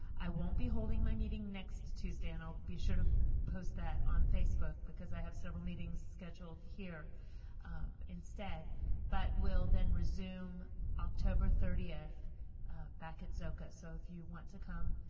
i won't be holding my meeting next tuesday and i'll be sure to post that on facebook because i have several meetings scheduled here instead but will then resume october thirtieth back at zoka. so if you want to come.